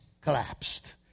collapsed